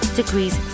degrees